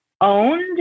Owned